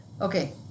Okay